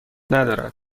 ندارد